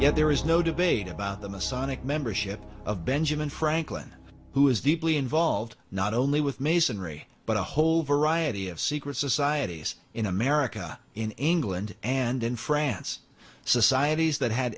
yet there is no debate about the masonic membership of benjamin franklin who is deeply involved not only with masonry but a whole variety of secret societies in america in england and in france societies that had